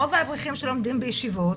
רוב האברכים שלומדים בישיבות